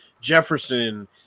Jefferson